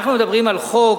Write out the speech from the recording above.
אנחנו מדברים על חוק,